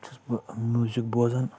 چھُس بہٕ میوٗزک بوزان